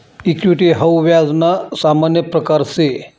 equity हाऊ व्याज ना सामान्य प्रकारसे